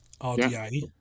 RDA